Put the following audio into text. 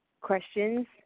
questions